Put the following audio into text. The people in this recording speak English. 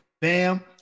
Bam